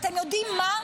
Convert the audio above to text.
אתם יודעים מה?